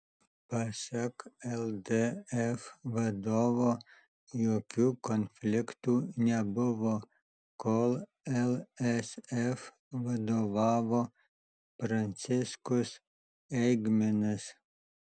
pasak ldf vadovo jokių konfliktų nebuvo kol lsf vadovavo pranciškus eigminas